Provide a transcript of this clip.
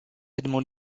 edmond